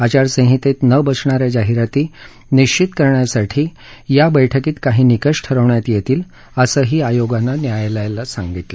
आचारसंहितेत न बसणाऱ्या जाहिराती निश्चित करण्यासाठी या बैठकीत काही निकष ठरवण्यात येतील असही आयोगानं न्यायालयाला सांगितले